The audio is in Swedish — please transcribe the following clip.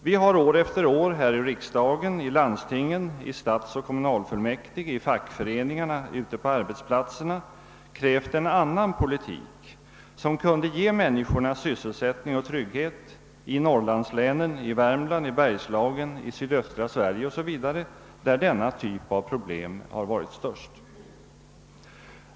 Vi har år efter år här i riksdagen, i landstingen, i stadsoch kommunalfullmäktige och i fackföreningarna ute på arbetsplatserna krävt en annan politik, som kunde ge människorna sysselsättning och trygghet i norrlandslänen, i Värmland, i Bergslagen, i sydöstra Sverige 0. s. v., där denna typ av problem varit störst.